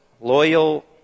loyal